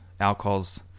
alcohols